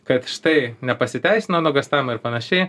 kad štai nepasiteisino nuogąstavimai ir panašiai